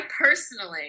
personally